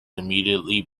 immediately